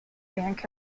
bank